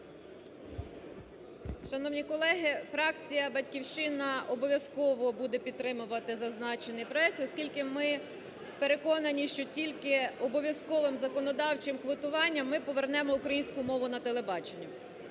Шановні колеги, фракція "Батьківщина" обов'язково буде підтримувати зазначений проект, оскільки ми переконані, що тільки обов'язковим законодавчим квотуванням ми повернемо українську мову на телебачення.